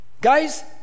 Guys